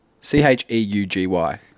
C-H-E-U-G-Y